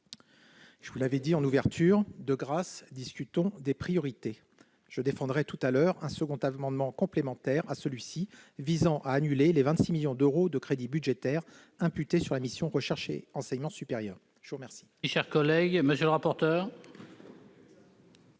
Je vous l'avais dit en ouverture de nos débats : de grâce, discutons des priorités ! Je défendrai tout à l'heure un second amendement, complémentaire de celui-ci, tendant à annuler les 26 millions d'euros de crédits budgétaires imputés sur la mission « Recherche et enseignement supérieur ». Quel